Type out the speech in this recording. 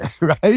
right